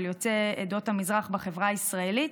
של יוצאי עדות המזרח בחברה הישראלית,